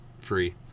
free